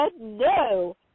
no